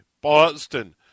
Boston